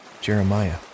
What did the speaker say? Jeremiah